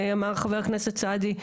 אמר חבר הכנסת סעדי,